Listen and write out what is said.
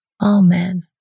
Amen